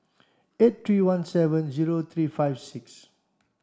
eight three one seven zero three five six